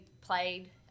played